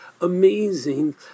amazing